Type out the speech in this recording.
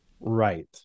Right